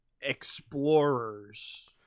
explorers